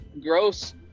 gross